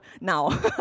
now